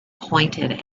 pointed